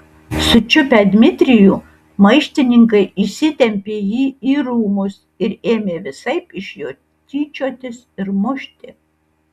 sučiupę dmitrijų maištininkai įsitempė jį į rūmus ir ėmė visaip iš jo tyčiotis ir mušti